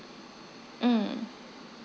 mm